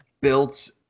built